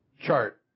chart